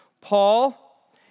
Paul